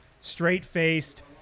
straight-faced